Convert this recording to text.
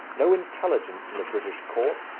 no intelligence in the british court,